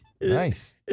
Nice